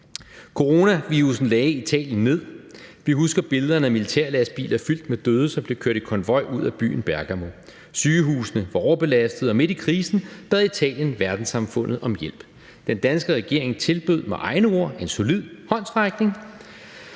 »Coronavirussen lagde Italien ned. Vi husker billederne af militærlastbiler fyldt med døde, som blev kørt i konvoj ud af byen Bergamo. Sygehusene var overbelastede, og midt i krisen bad Italien verdenssamfundet om hjælp. Den danske regering tilbød med egne ord ”en solid håndsrækning”